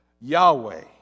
Yahweh